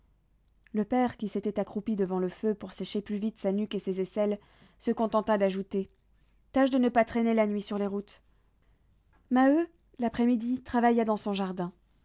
le père qui s'était accroupi devant le feu pour sécher plus vite sa nuque et ses aisselles se contenta d'ajouter tâche de ne pas traîner la nuit sur les routes maheu l'après-midi travailla dans son jardin